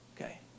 Okay